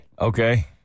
Okay